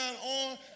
on